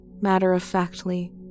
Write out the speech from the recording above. matter-of-factly